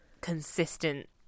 consistent